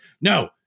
no